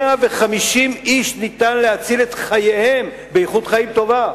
150 איש ניתן להציל את חייהם, באיכות חיים טובה,